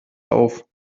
auf